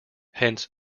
hence